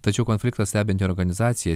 tačiau konfliktą stebinti organizacija